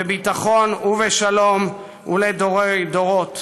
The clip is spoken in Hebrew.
בביטחון ובשלום ולדורי דורות.